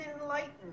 enlightened